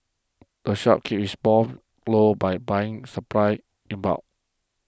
the shop keeps its low by buying supplies in bulk